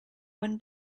when